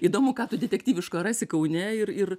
įdomu ką tu detektyviško rasi kaune ir ir